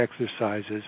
exercises